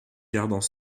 gardant